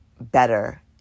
better